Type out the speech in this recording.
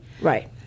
Right